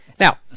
Now